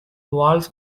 walls